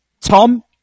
Tom